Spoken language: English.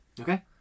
Okay